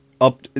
up